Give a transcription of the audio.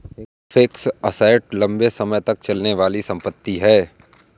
fixed assets लंबे समय तक चलने वाली संपत्ति है